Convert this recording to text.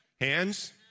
Hands